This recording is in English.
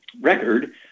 record